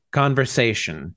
conversation